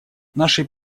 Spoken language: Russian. нашей